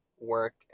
work